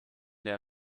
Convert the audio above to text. der